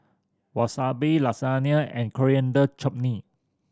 Wasabi Lasagne and Coriander Chutney